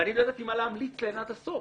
ואני לא ידעתי מה להמליץ להן עד הסוף